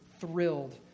thrilled